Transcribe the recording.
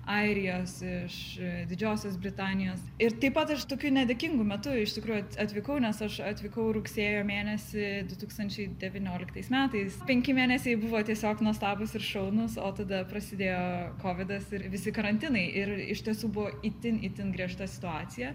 airijos iš didžiosios britanijos ir taip pat tokiu nedėkingu metu iš tikrųjų atvykau nes aš atvykau rugsėjo mėnesį du tūkstančiai devynioliktais metais penki mėnesiai buvo tiesiog nuostabūs ir šaunūs o tada prasidėjo kovidas ir visi karantinai ir iš tiesų buvo itin itin griežta situacija